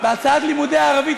בהצעת לימודי ערבית,